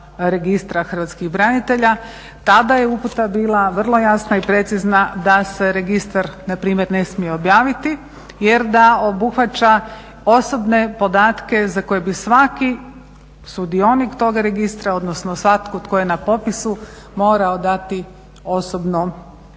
Registra Hrvatskih branitelja. Tada je uputa bila vrlo jasna i precizna da se registar npr. ne smije objaviti jer da obuhvaća osobne podatke za koje bi svaki sudionik toga registra odnosno svatko tko je na popisu morao dati osobno dozvolu.